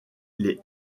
les